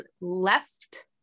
left